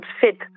fit